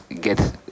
get